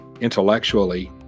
intellectually